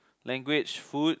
language food